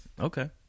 okay